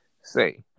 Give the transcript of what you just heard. say